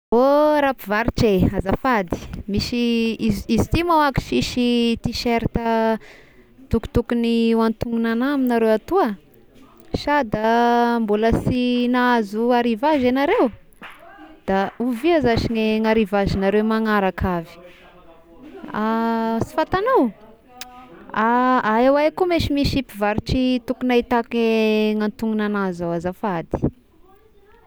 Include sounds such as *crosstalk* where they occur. Oh ra mpivarotra eh, azafady misy izy izy ity manko sisy tiserta tokotogny ho antognona anahy aminareo toa, sa da mbola sy nahazo arrivage ianareo *noise* da ovia zashy ny arrivagnareo manaraka avy *noise* *hesitation* sy fantagnao, *hesitation* ay ho ay ko misy misy mpivarotry tokogny ahitako eh gny antognona agna zao azafady.